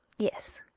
yes.